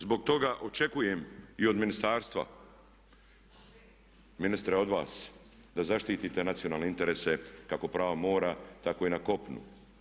Zbog toga očekujem i od ministarstva, ministre od vas da zaštitite nacionalne interese kako pravo mora tako i na kopnu.